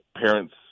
parents